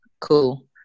cool